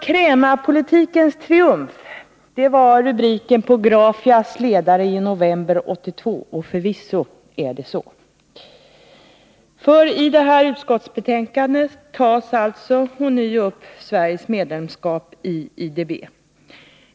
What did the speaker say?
Krämarpolitikens triumf, var rubriken på Grafias ledare i november 1982. Och förvisso är det så. I detta betänkande tas alltså ånyo upp Sveriges medlemskap i IDB.